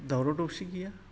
दावराव दावसि गैया